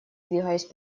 двигаясь